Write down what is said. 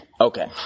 Okay